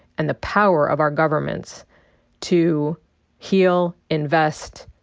and the power of our governments to heal, invest,